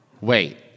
Wait